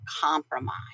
compromise